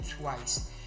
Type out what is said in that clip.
twice